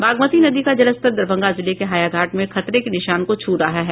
बागमती नदी का जलस्तर दरभंगा जिले के हायाघाट में खतरे के निशान को छू रहा है